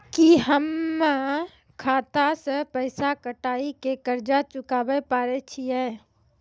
की हम्मय खाता से पैसा कटाई के कर्ज चुकाबै पारे छियै?